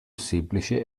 semplice